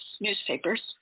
newspapers